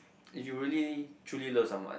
if you really truly love someone